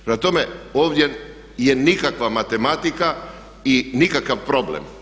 Prema tome, ovdje je nikakva matematika i nikakav problem.